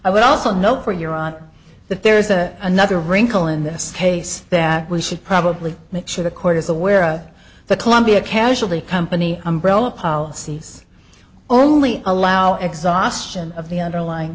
i would also note for your honor that there's a nother wrinkle in this case that we should probably make sure the court is aware of the columbia casualty company umbrella policies only allow exhaustion of the underlying